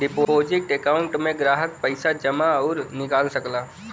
deposit account में ग्राहक पइसा जमा आउर निकाल सकला